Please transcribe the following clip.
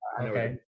Okay